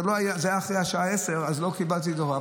זה היה אחרי השעה 22:00, אז לא קיבלתי דוח.